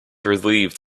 relieved